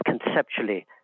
conceptually